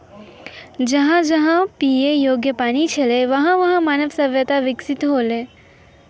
जहां जहां पियै योग्य पानी छलै वहां वहां मानव सभ्यता बिकसित हौलै